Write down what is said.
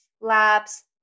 Labs